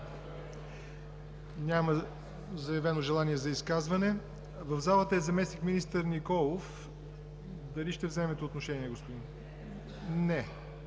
Няма заявено желание за изказване. В залата е заместник-министър Николов. Дали ще вземете отношение, господин